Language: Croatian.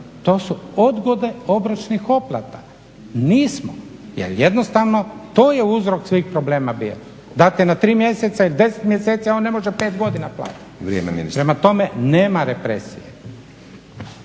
to su odgode obročnih otplata, nismo. Jel jednostavno to je uzrok svih problema, bio. Dakle, na 3 mjeseca i 10 mjeseci on ne može 5 godina platiti. **Stazić, Nenad